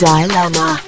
Dilemma